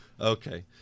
Okay